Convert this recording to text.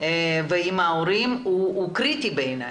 ועם ההורים הוא קריטי בעיני.